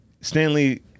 Stanley